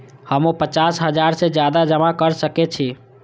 हमू पचास हजार से ज्यादा जमा कर सके छी?